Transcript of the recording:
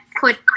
put